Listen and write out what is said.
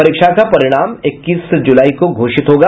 परीक्षा का परिणाम इक्कीस जुलाई को घोषित होगा